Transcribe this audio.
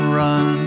run